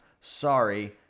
Sorry